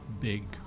big